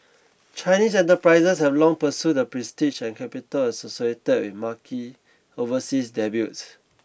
Chinese enterprises have long pursued the prestige and capital associated with marquee overseas debuts